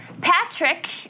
Patrick